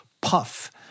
puff